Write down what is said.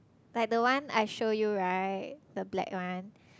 like the one I show you right the black one